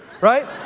right